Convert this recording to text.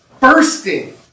bursting